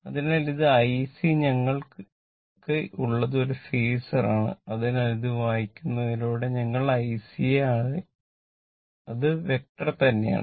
അതിനാൽ ഇത് IC ഞങ്ങൾക്ക് ഉള്ളത് ഒരു ഫേസർ ആണ് അതിനാൽ അത് വായിക്കുന്നതിലൂടെ ഞങ്ങൾ IC യെ അത് വെക്റ്റർ തന്നെയാണ്